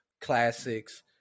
classics